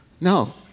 No